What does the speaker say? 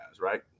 right